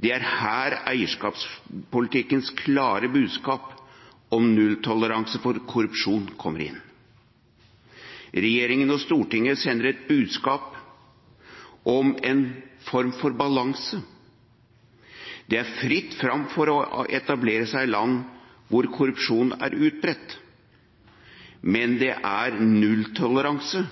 Det er her eierskapspolitikkens klare budskap om nulltoleranse for korrupsjon kommer inn. Regjeringen og Stortinget sender et budskap om en form for balanse. Det er fritt fram for å etablere seg i land hvor korrupsjon er utbredt, men det er nulltoleranse